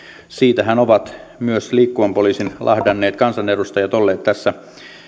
siitähän ovat myös liikkuvan poliisin lahdanneet kansanedustajat olleet tässä